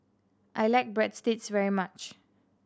I like Breadsticks very much